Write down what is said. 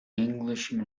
englishman